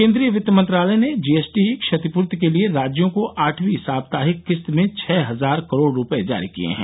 केन्द्रीय वित्त मंत्रालय ने जीएसटी क्षतिपूर्ति के लिए राज्यों को आठवीं साप्ताहिक किस्त में छह हजार करोड रुपये जारी किए हैं